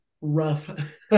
rough